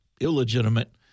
illegitimate